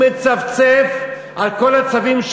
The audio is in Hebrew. הוא מצפצף על כל הצווים,